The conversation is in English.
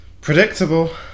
Predictable